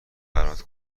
برات